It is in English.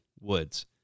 woods